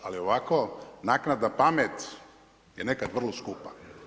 Ali ovako, naknada pamet je nekad vrlo skupa.